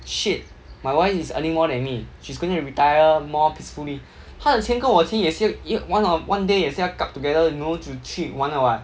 shit my wife is earning more than me she's gonna retire more peacefully 他以前跟我也是 one of one day 也是要 kup together you know 只去玩的 [what]